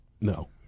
No